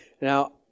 Now